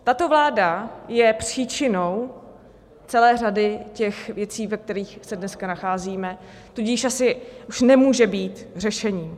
Tato vláda je příčinou celé řady těch věcí, ve kterých se dneska nacházíme, tudíž asi nemůže být řešením.